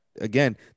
again